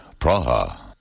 Praha